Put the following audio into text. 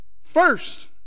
First